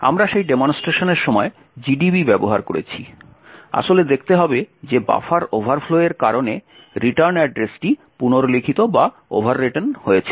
আমরা সেই ডেমনস্ট্রেশনের সময় GDB ব্যবহার করেছি আসলে দেখতে যে বাফার ওভারফ্লোয়ের কারণে রিটার্ন অ্যাড্রেসটি পুনর্লিখিত হয়েছে